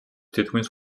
თითქმის